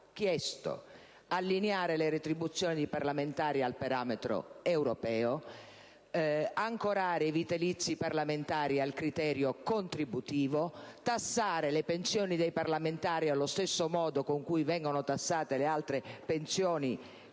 chiesto: allineare le retribuzioni dei parlamentari al parametro europeo, ancorare i vitalizi parlamentari al criterio contributivo, tassare le pensioni dei parlamentari allo stesso modo con cui vengono tassate le altre pensioni